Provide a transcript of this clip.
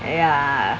ya